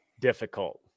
difficult